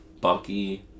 Bucky